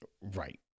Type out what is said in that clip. Right